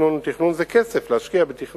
התכנון הוא תכנון וזה כסף, להשקיע בתכנון.